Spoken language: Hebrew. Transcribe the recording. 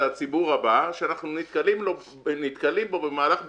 זה הציבור הבא שאנחנו נתקלים בו במהלך ביקורת,